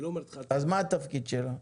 אז מה התפקיד שלה?